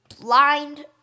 blind